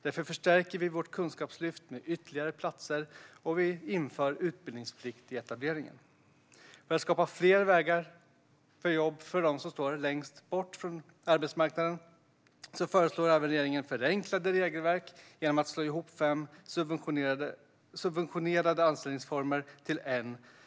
Kunskapslyftet förstärks med ytterligare platser, och utbildningsplikt införs i etableringen. För att skapa fler vägar till jobb för dem som står längst bort från arbetsmarknaden föreslår regeringen även förenklade regelverk genom att slå ihop fem subventionerade anställningsformer till en.